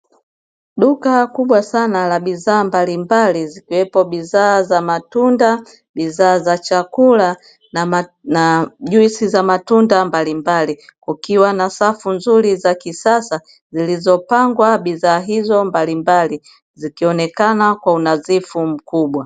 Duka kubwa sana la bidhaa mbalimbali zikiwepo: bidhaa za matunda, bidhaa za chakula, na juisi za matunda mbalimbali, kukiwa na safu nzuri za kisasa zilizopangwa bidhaa hizo mbalimbali zikionekana kwa unadhifu mkubwa.